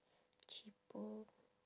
cheaper